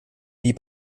wie